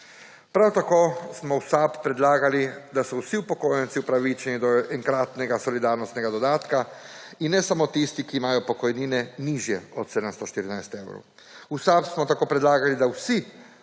Prav tako smo v SAB predlagali, da so vsi upokojenci upravičeni do enkratnega solidarnostnega dodatka, in ne samo tisti, ki imajo pokojnine nižje od 714 evrov. V SAB smo tako predlagali, da vsi uživalci